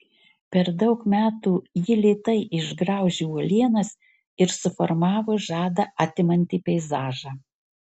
per daug metų ji lėtai išgraužė uolienas ir suformavo žadą atimantį peizažą